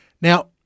Now